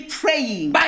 praying